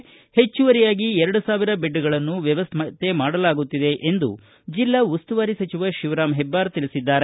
ಪೆಚ್ಚುವರಿಯಾಗಿ ಎರಡು ಸಾವಿರ ಬೆಡ್ಗಳನ್ನು ವ್ಯವಸ್ಥೆ ಮಾಡಲಾಗುತ್ತಿದೆ ಎಂದು ಜಿಲ್ಲಾ ಉಸ್ತುವಾರಿ ಸಚಿವ ಶಿವರಾಂ ಹೆಬ್ಬಾರ ತಿಳಿಸಿದ್ದಾರೆ